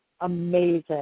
amazing